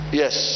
yes